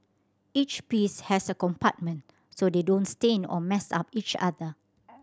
each piece has a compartment so they don't stain or mess up each other